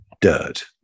dirt